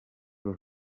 els